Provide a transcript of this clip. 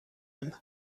him